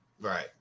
Right